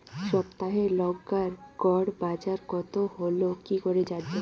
সপ্তাহে লংকার গড় বাজার কতো হলো কীকরে জানবো?